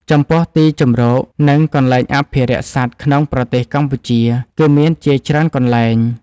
ចំពោះ ទីជម្រក និងកន្លែងអភិរក្សសត្វក្នុងប្រទេសកម្ពុជា គឺមានជាច្រើនកន្លែង។